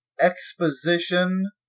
exposition